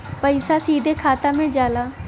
पइसा सीधे खाता में जाला